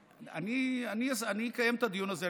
אני אקיים את הדיון הזה.